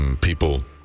people